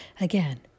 Again